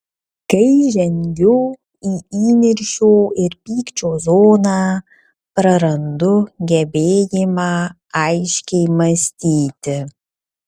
kai žengiu į įniršio ir pykčio zoną prarandu gebėjimą aiškiai mąstyti